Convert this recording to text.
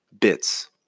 bits